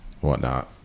whatnot